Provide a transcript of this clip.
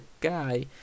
guy